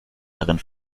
darin